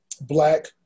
black